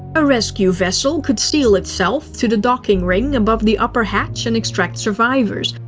a rescue vessel could seal itself to the docking ring above the upper hatch and extract survivors.